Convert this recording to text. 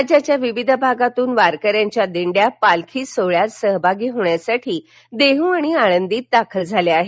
राज्याच्या विविध भागातून वारकऱ्यांच्या दिंड्या पालखी सोहळ्यात सहभागी होण्यासाठी देहू आणि आळंदीत दाखल झाल्या आहेत